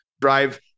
Drive